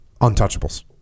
untouchables